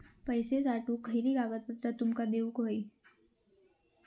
पैशे पाठवुक खयली कागदपत्रा तुमका देऊक व्हयी?